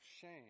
shame